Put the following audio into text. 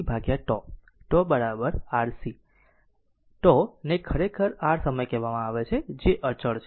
τ τ RC τ ને ખરેખર r સમય કહેવામાં આવે છે જે અચળ છે